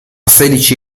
sedici